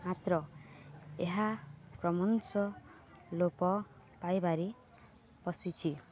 ମାତ୍ର ଏହା କ୍ରମଶ ଲୋପ ପାଇବାରେ ବସିଛି